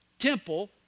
temple